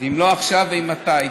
"ואם לא עכשיו, אימתי"